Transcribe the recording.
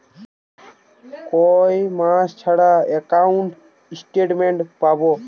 কয় মাস ছাড়া একাউন্টে স্টেটমেন্ট পাব?